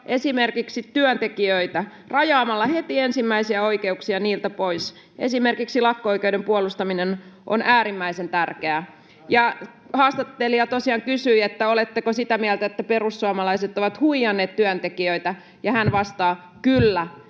esimerkiksi työntekijöitä, rajaamalla heti ensimmäisiä oikeuksia niiltä pois. Esimerkiksi lakko-oikeuden puolustaminen on äärimmäisen tärkeää.” Ja haastattelija tosiaan kysyi, että oletteko sitä mieltä, että perussuomalaiset ovat huijanneet työntekijöitä. Ja hän vastaa: ”Kyllä.”